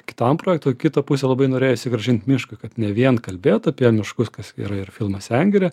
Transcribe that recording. kitam projektui kitą pusę labai norėjosi grąžint miškui kad ne vien kalbėt apie miškus kas yra ir filmas sengirė